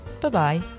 bye-bye